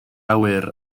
awyr